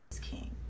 King